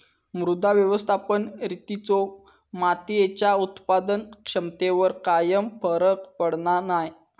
मृदा व्यवस्थापन रितींचो मातीयेच्या उत्पादन क्षमतेवर कायव फरक पडना नाय